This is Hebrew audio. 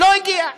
לא הגיע.